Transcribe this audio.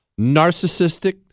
narcissistic